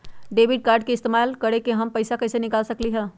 Debit card के इस्तेमाल करके हम पैईसा कईसे निकाल सकलि ह?